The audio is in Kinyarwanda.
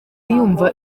yumva